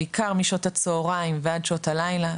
בעיקר משעות הצהריים ועד שעות הלילה,